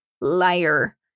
liar